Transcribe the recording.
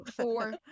four